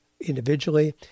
individually